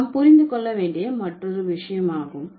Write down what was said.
நம் புரிந்து கொள்ள வேண்டிய மற்றொரு விஷயமாகும்